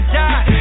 die